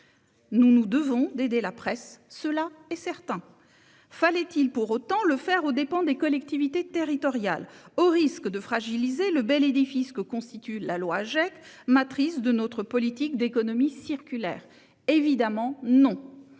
Nous nous devons d'aider la presse, cela est certain. Fallait-il, pour autant, le faire aux dépens des collectivités territoriales, au risque de fragiliser le bel édifice que constitue la loi Agec, matrice de notre politique d'économie circulaire ? Bien évidemment,